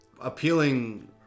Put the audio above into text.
appealing